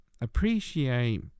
appreciate